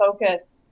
focus